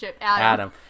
Adam